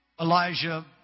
Elijah